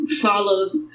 follows